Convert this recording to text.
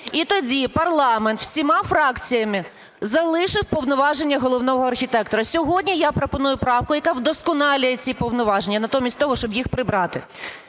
І тоді парламент всіма фракціями залишив повноваження головного архітектора. Сьогодні я пропоную правку, яка вдосконалює ці повноваження натомість того, щоб їх прибрати.